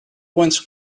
points